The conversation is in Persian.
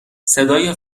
صدای